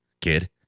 kid